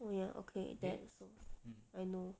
oh ya okay thanks so I know